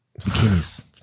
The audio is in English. bikinis